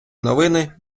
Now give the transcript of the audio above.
новини